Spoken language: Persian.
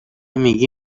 میگی